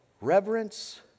reverence